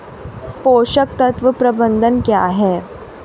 पोषक तत्व प्रबंधन क्या है?